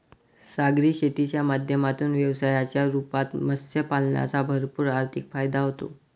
सागरी शेतीच्या माध्यमातून व्यवसायाच्या रूपात मत्स्य पालनाचा भरपूर आर्थिक फायदा होतो